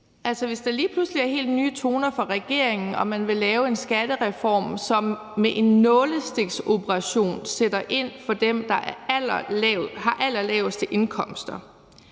hvis der lige pludselig er helt nye toner fra regeringen og man vil lave en skattereform, som med en nålestiksoperation sætter ind i forhold til dem, der har de allerlaveste indkomster,